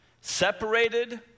separated